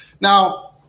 Now